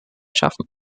schaffen